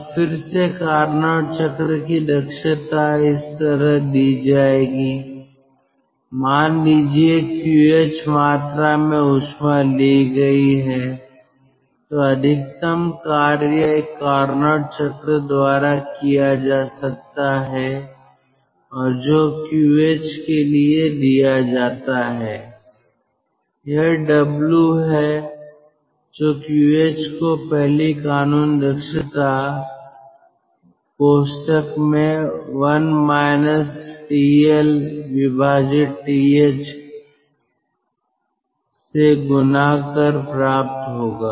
अब फिर से कारनोट चक्र की दक्षता इस तरह दी जाएगी मान लीजिए QH मात्रा में ऊष्मा ली गई है तो अधिकतम कार्य एक कारनोट चक्र द्वारा किया जा सकता है और जो QH के लिए दिया जाता है यह W है जो QH को पहली कानून दक्षता 1 TLTH से गुणा कर प्राप्त होगा